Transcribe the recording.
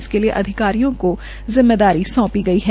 इसके लिए अधिकारियों को जिम्मेदारी सौंपी गई है